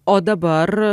o dabar